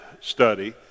study